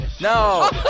No